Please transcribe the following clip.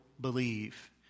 believe